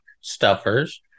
stuffers